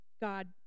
God